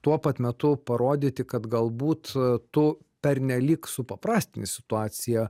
tuo pat metu parodyti kad galbūt tu pernelyg supaprastini situaciją